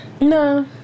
No